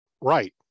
Right